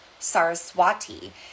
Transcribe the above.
Saraswati